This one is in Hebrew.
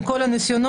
עם כל הניסיונות,